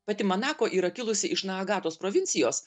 pati manako yra kilusi iš naagatos provincijos